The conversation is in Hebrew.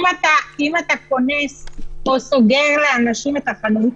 אם אתה קונס או סוגר לאנשים את החנות,